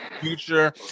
future